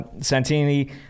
Santini